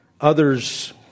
others